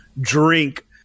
drink